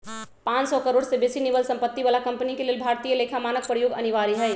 पांन सौ करोड़ से बेशी निवल सम्पत्ति बला कंपनी के लेल भारतीय लेखा मानक प्रयोग अनिवार्य हइ